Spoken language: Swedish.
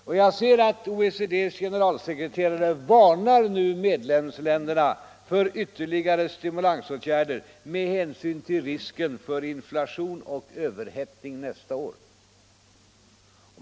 Och jag ser att OECD:s generalsekreterare varnar medlemsländerna för ytterligare stimulansåtgärder med hänsyn till risken för inflation och överhettning nästa år.